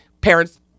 parents